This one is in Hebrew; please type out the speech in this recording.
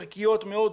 ערכיות מאוד,